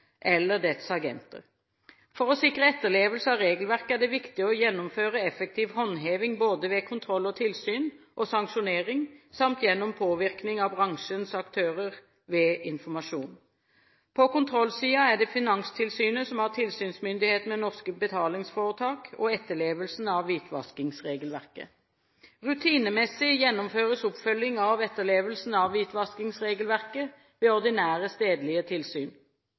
eller dets agenter. For å sikre etterlevelse av regelverket er det viktig å gjennomføre effektiv håndheving, både ved kontroll/tilsyn og ved sanksjonering samt gjennom påvirkning av bransjens aktører ved informasjon. På kontrollsiden er det Finanstilsynet som har tilsynsmyndighet når det gjelder norske betalingsforetak og etterlevelse av hvitvaskingsregelverket. Rutinemessig gjennomføres oppfølging av etterlevelsen av hvitvaskingsregelverket ved ordinære stedlige tilsyn.